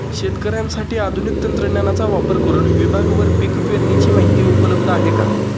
शेतकऱ्यांसाठी आधुनिक तंत्रज्ञानाचा वापर करुन विभागवार पीक पेरणीची माहिती उपलब्ध आहे का?